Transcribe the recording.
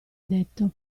detto